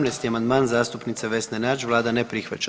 18. amandman zastupnice Vesne Nađ vlada ne prihvaća.